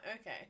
okay